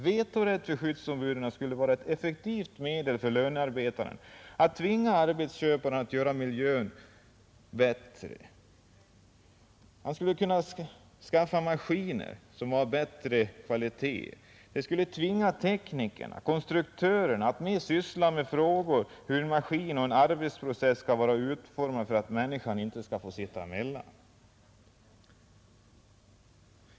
Vetorätt för skyddsombud skulle vara ett effektivt medel för lönearbetaren att tvinga arbetsköparen att göra miljön bättre. Arbetsköparen skulle kunna tvingas att skaffa maskiner av bättre kvalitet. Vetorätten skulle tvinga teknikerna och konstruktörerna att mera syssla med frågor om hur en maskin och en arbetsprocess skall vara utformad för att inte människan skall få sitta emellan.